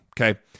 okay